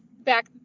back